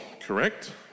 correct